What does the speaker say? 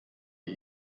die